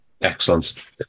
Excellent